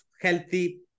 healthy